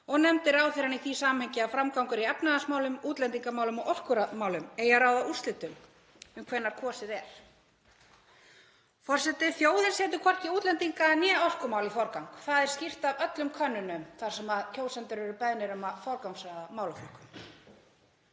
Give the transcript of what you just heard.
Nefndi ráðherrann í því samhengi að framgangur í efnahagsmálum, útlendingamálum og orkumálum ætti að ráða úrslitum um það hvenær kosið er. Forseti. Þjóðin setur hvorki útlendinga né orkumál í forgang. Það er skýrt í öllum könnunum þar sem kjósendur eru beðnir um að forgangsraða málaflokkum.